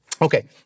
Okay